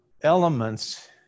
elements